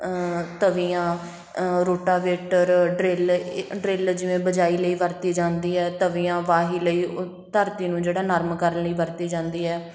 ਤਵੀਆਂ rotavator drill drill ਜਿਵੇਂ ਬਿਜਾਈ ਲਈ ਵਰਤੀ ਜਾਂਦੀ ਹੈ ਤਵੀਆਂ ਵਾਹੀ ਲਈ ਧਰਤੀ ਨੂੰ ਜਿਹੜਾ ਨਰਮ ਕਰਨ ਲਈ ਵਰਤੀ ਜਾਂਦੀ ਹੈ